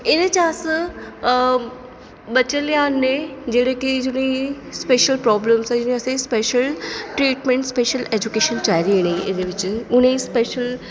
एह्दे च अस बच्चे लेआनै जेह्ड़े की जि'नेंगी स्पेशल प्रॉब्लम जि'नेंगी अस स्पेशल ट्रीटमेंट स्पेशल ऐजूकेशन चाहिदी इ'नेंगी एह्दे बिच्च उ'नेंगी अस